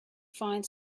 find